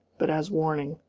but as warning.